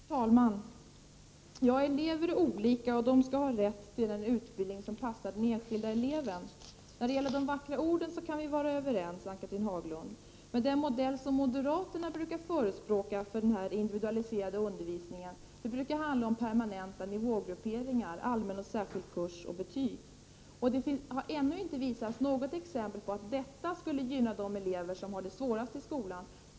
Fru talman! Ja, elever är olika och skall ha rätt till en utbildning som passar den enskilde eleven. När det gäller vackra ord kan vi vara överens, Ann Cathrine Haglund. Men den modell som moderaterna förespråkar brukar handla om permanenta nivågrupperingar, allmän och särskild kurs och betyg. Det har ännu inte visats något exempel på att detta skulle gynna de elever som har det svårast i skolan.